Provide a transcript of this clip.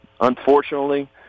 unfortunately